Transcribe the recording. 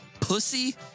Pussy